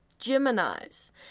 Gemini's